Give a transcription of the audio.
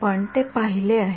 आपण ते पाहिले आहे